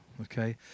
okay